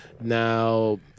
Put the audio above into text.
now